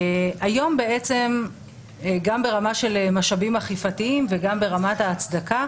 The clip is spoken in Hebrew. היום גם ברמה של משאבים אכיפתיים וגם ברמת ההצדקה,